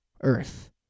earth